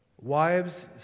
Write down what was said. Wives